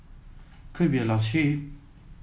could be a lost sheep